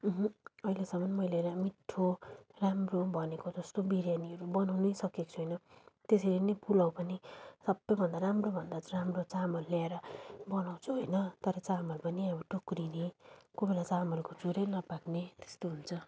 अँह अहिलेसम्म मैले मिठो राम्रो भनेको जस्तो बिर्यानीहरू बनाउनै सकेको छुइनँ त्यसरी नै पुलाव पनि सबैभन्दा राम्रो भन्दा राम्रो चामल ल्याएर बनाउँछु होइन तर चामल पनि टुक्रिने कोही बेला चामलको चुरै नपाक्ने तेस्तो हुन्छ